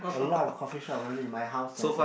a lot of coffee shop really my house that side